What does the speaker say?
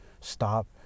stop